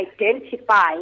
identify